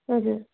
हजुर